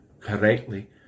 correctly